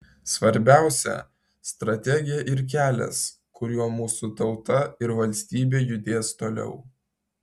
svarbiausia strategija ir kelias kuriuo mūsų tauta ir valstybė judės toliau